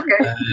okay